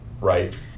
right